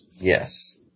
Yes